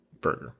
burger